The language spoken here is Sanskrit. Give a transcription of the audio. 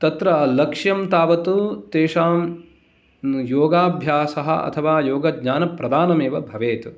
तत्र लक्ष्यं तावत् तेषां योगाभ्यासः अथवा योगज्ञानप्रदानम् एव भवेत्